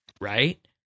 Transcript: right